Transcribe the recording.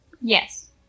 Yes